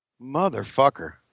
Motherfucker